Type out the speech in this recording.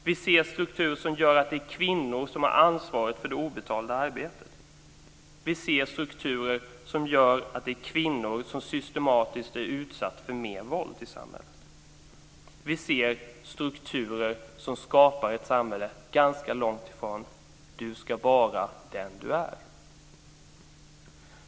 Vi ser strukturer som gör att det är kvinnor som har ansvaret för det obetalda arbetet. Vi ser strukturer som gör att kvinnor systematiskt utsätts för mer våld i samhället. Vi ser strukturer som skapar ett samhälle ganska långt ifrån "du ska vara den du är".